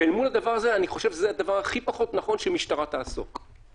ואל מול הדבר הזה אני חושב שזה הדבר הכי פחות נכון שהמשטרה תעסוק בזה,